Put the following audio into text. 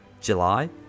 July